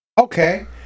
Okay